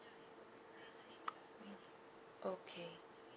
okay